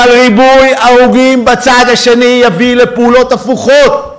אבל ריבוי הרוגים בצד השני יביא לפעולות הפוכות.